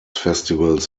festivals